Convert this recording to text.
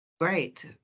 Great